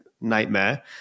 nightmare